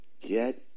Get